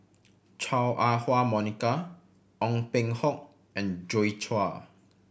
Chua Ah Huwa Monica Ong Peng Hock and Joi Chua